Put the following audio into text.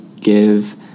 give